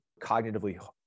cognitively